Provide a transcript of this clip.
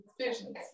visions